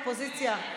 אופוזיציה?